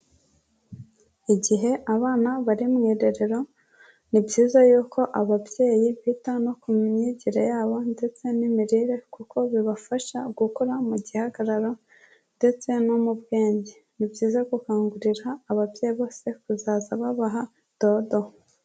Igihe abana bari mu irerero, ni byiza yuko ababyeyi bita no ku myigire yabo ndetse n'imirire kuko bibafasha gukura mu gihagararo, ndetse no mu bwenge. Ni byiza gukangurira ababyeyi bose kuzaza babaha dodo.